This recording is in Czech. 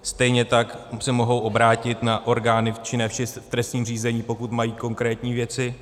Stejně tak se mohou obrátit na orgány činné v trestním řízení, pokud mají konkrétní věci.